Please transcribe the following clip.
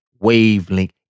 wavelength